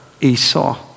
Esau